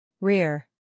Rear